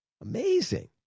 Amazing